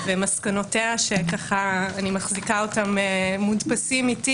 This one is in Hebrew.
ומסקנותיה שאני מחזיקה אותן מודפסות איתי